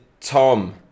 Tom